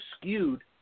skewed